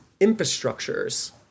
infrastructures